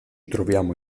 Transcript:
trovavamo